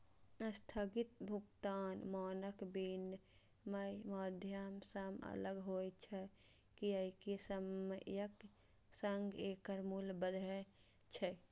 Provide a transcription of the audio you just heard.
स्थगित भुगतान मानक विनमय माध्यम सं अलग होइ छै, कियैकि समयक संग एकर मूल्य बदलै छै